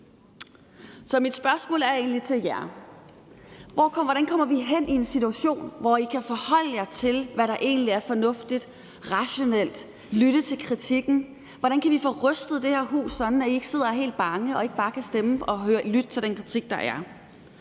mit spørgsmål til jer er egentlig: Hvordan kommer vi hen i en situation, hvor I kan forholde jer til, hvad der egentlig er fornuftigt og rationelt, og hvor I lytter til kritikken? Hvordan kan vi få rustet det her hus, sådan at I ikke sidder og er helt bange, og sådan at I ikke bare stemmer, men lytter til den kritik, der er?